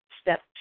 step